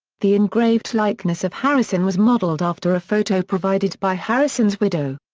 the engraved likeness of harrison was modeled after a photo provided by harrison's widow.